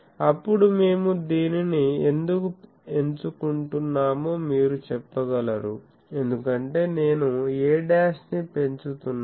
అప్పుడు మేము దీనిని ఎందుకు ఎంచుకుంటున్నామో మీరు చెప్పగలరు ఎందుకంటే నేను a' నీ పెంచుతున్నాను